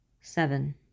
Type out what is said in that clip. seven